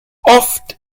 oft